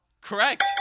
Correct